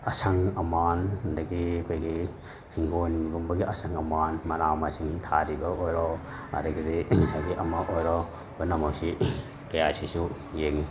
ꯑꯁꯪ ꯑꯃꯥꯟ ꯑꯗꯒꯤ ꯑꯩꯈꯣꯏꯒꯤ ꯍꯤꯡꯒꯣꯟꯒꯨꯝꯕꯒꯤ ꯑꯁꯪ ꯑꯃꯥꯟ ꯃꯅꯥ ꯃꯁꯤꯡ ꯊꯥꯔꯤꯕ ꯑꯣꯏꯔꯣ ꯑꯗꯒꯤꯗꯤ ꯉꯁꯥꯏꯒꯤ ꯑꯃ ꯑꯣꯏꯔꯣ ꯄꯨꯝꯅꯃꯛꯁꯤ ꯀꯌꯥꯁꯤꯁꯨ ꯌꯦꯡꯏ